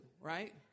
Right